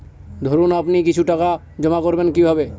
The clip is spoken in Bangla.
ধরুন আপনি কিছু টাকা জমা করবেন কিভাবে?